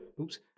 oops